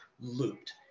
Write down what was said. looped